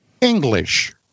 English